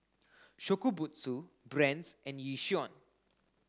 Shokubutsu Brand's and Yishion